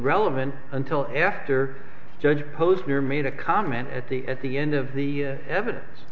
relevant until after judge posner made a comment at the at the end of the evidence